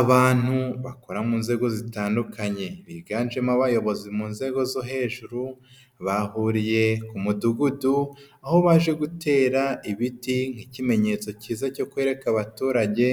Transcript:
Abantu bakora mu nzego zitandukanye, biganjemo abayobozi mu nzego zo hejuru, bahuriye ku Mudugudu, aho baje gutera ibiti nk'ikimenyetso cyiza cyo kwereka abaturage